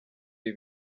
ibi